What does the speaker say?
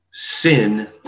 Sin